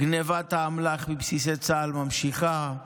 גנבת האמל"ח מבסיסי צה"ל נמשכת,